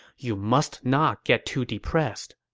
you must not get too depressed.